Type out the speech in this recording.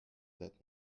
that